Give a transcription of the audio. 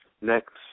Next